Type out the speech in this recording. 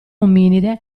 ominide